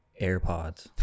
AirPods